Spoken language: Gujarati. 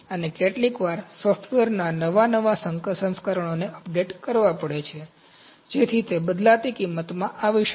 અને કેટલીકવાર સૉફ્ટવેરના નવા નવા સંસ્કરણોને અપડેટ કરવા પડે છે જેથી તે બદલાતી કિંમતમાં આવી શકે